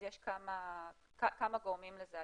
אז יש כמה גורמים לזה.